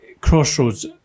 crossroads